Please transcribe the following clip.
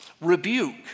Rebuke